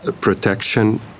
protection